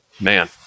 man